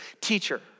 teacher